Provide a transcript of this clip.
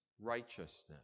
righteousness